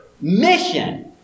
mission